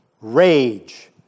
Rage